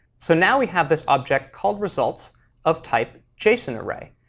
so now we have this object called results of type json array.